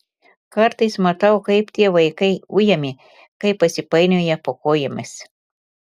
kartais matau kaip tie vaikai ujami kai pasipainioja po kojomis